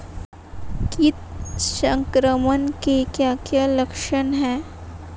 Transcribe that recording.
कीट संक्रमण के क्या क्या लक्षण हैं?